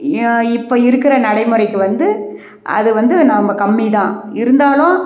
இப்போ இருக்கிற நடைமுறைக்கு வந்து அது வந்து ரொம்ப கம்மிதான் இருந்தாலும்